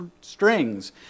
strings